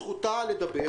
זכותה לדבר.